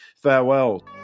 farewell